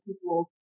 people